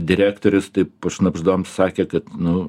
direktorius taip pašnabždom sakė kad nu